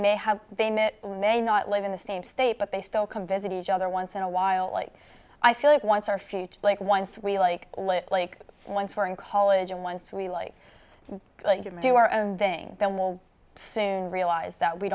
may have they met may not live in the same state but they still can visit each other once in a while like i feel like once or if you like once we like like once we're in college and once we like to do our own thing then we'll soon realize that we